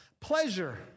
pleasure